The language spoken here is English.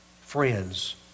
friends